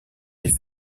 des